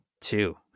Two